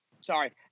Sorry